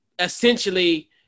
essentially